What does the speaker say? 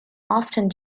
often